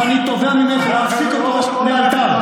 ואני תובע ממך להפסיק אותו לאלתר,